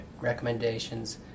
recommendations